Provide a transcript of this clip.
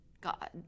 god